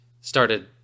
started